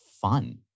fun